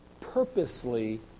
purposely